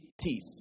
teeth